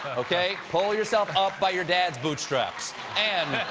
okay? pull yourself up by your dad's boot straps, and